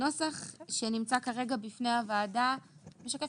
הנוסח שנמצא כרגע בפני הוועדה משקף